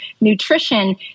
nutrition